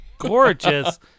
Gorgeous